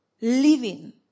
Living